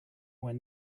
when